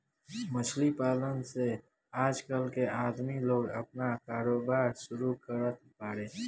मछली पालन से आजकल के आदमी लोग आपन कारोबार शुरू करत बाड़े